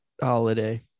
holiday